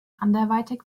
anderweitig